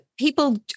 people